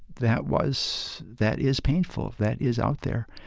that was that is painful, that is out there.